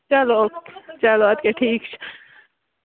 چَلو او کے چَلو اَدٕ کے ٹھیٖک چھُ